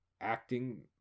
acting